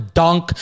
dunk